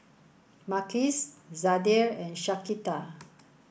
Marquez Zadie and Shaquita